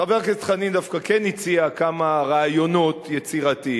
חבר הכנסת חנין דווקא כן הציע כמה רעיונות יצירתיים,